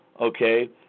okay